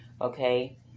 Okay